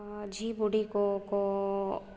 ᱡᱷᱤ ᱵᱩᱰᱷᱤᱠᱚᱠᱚ